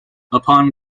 upon